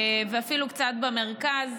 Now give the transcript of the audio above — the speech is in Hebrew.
ואפילו קצת במרכז.